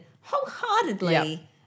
wholeheartedly